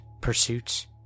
pursuits